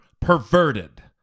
perverted